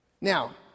Now